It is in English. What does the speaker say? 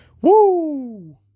Woo